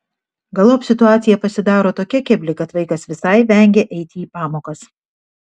galop situacija pasidaro tokia kebli kad vaikas visai vengia eiti į pamokas